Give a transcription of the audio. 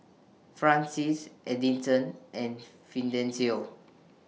Francies Edison and Fidencio